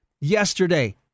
yesterday